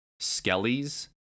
skellies